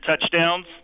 touchdowns